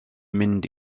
mynd